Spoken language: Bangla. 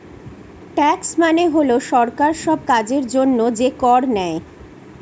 ট্যাক্স মানে হল সরকার সব কাজের জন্য যে কর নেয়